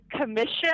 commission